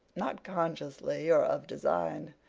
not consciously or of design,